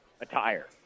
attire